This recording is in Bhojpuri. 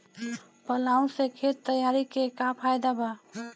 प्लाऊ से खेत तैयारी के का फायदा बा?